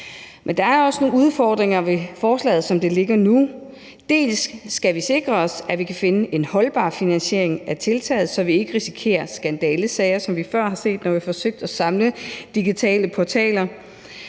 Men der er også nogle udfordringer ved forslaget, som det ligger nu. Dels skal vi sikre os, at vi kan finde en holdbar finansiering af tiltaget, så vi ikke risikerer skandalesager, som vi før har set, når vi har forsøgt at samle digitale portaler.